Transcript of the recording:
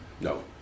No